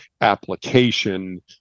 application